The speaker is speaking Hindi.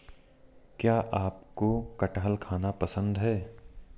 क्या आपको कठहल खाना पसंद है?